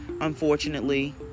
Unfortunately